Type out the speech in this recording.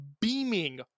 beaming